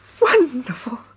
wonderful